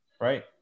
right